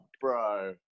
bro